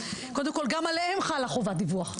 קודם כל גם עליהם חלה חובת דיווח.